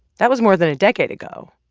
that was more than a decade ago.